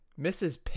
Mrs